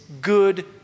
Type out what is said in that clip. good